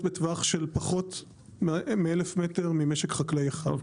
בטווח של פחות מ- 1,000 מטר ממשק חקלאי אחר.